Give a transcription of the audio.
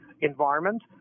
environment